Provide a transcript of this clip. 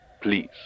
Please